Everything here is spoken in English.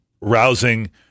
rousing